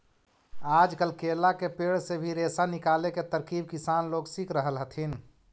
आजकल केला के पेड़ से भी रेशा निकाले के तरकीब किसान लोग सीख रहल हथिन